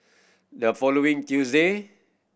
the following Tuesday